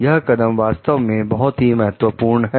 यह कदम वास्तव में बहुत ही महत्वपूर्ण है